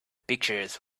pictures